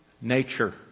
nature